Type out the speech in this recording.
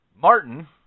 Martin